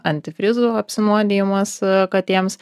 antifrizu apsinuodijimas katėms